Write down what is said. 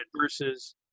versus